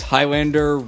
Highlander